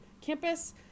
campus